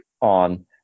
on